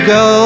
go